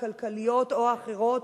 הכלכליות או האחרות,